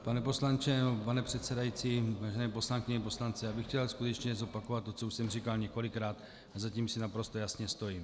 Pane poslanče, pane předsedající, vážené poslankyně, vážení poslanci, já bych chtěl skutečně zopakovat to, co už jsem říkal několikrát a za tím si naprosto jasně stojím.